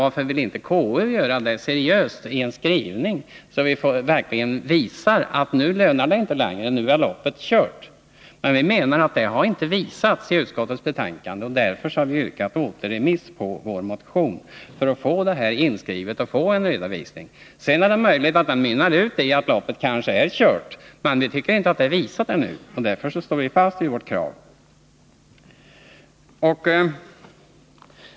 Varför vill inte utskottet göra det och ta upp detta seriöst i en skrivning, där man verkligen visar att det inte längre lönar sig att avveckla projektet, att loppet är kört? Vi menar att detta inte har visats i betänkandet, och därför har jag yrkat på återremiss av ärendet. Vi vill att utskottet skall behandla frågan ytterligare, så att vi får en redovisning inskriven i betänkandet. Den kan naturligtvis mynna ut i att loppet är kört, meni den skrivning som nu har lämnats visas inte detta, och därför står vi fast vid vårt krav.